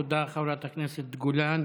תודה, חברת הכנסת גולן.